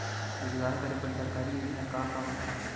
रोजगार करे बर सरकारी योजना का का होथे?